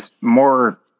more